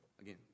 Again